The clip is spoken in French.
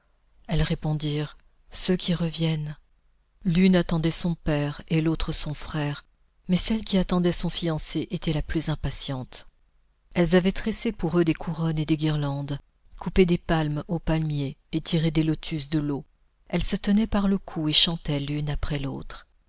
elles répondirent ceux qui reviennent l'une attendait son père et l'autre son frère mais celle qui attendait son fiancé était la plus impatiente elles avaient tressé pour eux des couronnes et des guirlandes coupé des palmes aux palmiers et tiré des lotus de l'eau elles se tenaient par le cou et chantaient l'une après l'autre